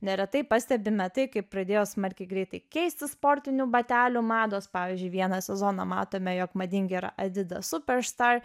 neretai pastebime tai kaip pradėjo smarkiai greitai keistis sportinių batelių mados pavyzdžiui vieną sezoną matome jog madingi yra adidas superstar